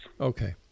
Okay